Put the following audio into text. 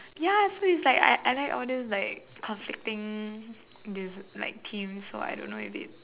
ya so it's like I I like all these like conflicting des~ like themes so I don't know if it